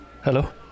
Hello